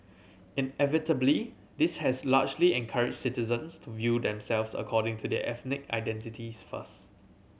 inevitably this has largely encourage citizens to view themselves according to their ethnic identities first